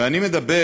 ואני מדבר